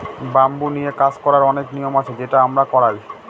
bamboo নিয়ে কাজ করার অনেক নিয়ম আছে সেটা আমরা করায়